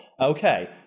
okay